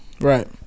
right